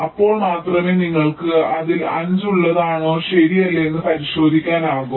അപ്പോൾ മാത്രമേ നിങ്ങൾക്ക് അത് 5 ൽ ഉള്ളതാണോ ശരിയല്ലേ എന്ന് പരിശോധിക്കാനാകൂ